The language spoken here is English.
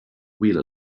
wheel